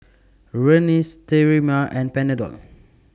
Rene Sterimar and Panadol